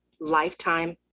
lifetime